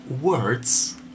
words